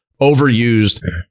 overused